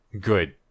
Good